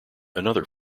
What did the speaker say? another